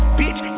bitch